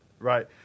Right